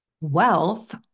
wealth